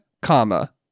comma